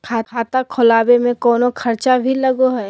खाता खोलावे में कौनो खर्चा भी लगो है?